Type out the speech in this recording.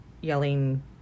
yelling